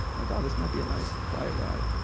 like, oh, this might be a nice quiet ride.